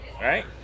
Right